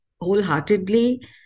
wholeheartedly